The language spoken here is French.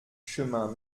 chemin